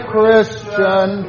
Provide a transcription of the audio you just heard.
Christian